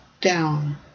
down